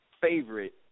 favorite